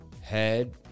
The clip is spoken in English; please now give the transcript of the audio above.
head